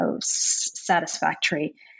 satisfactory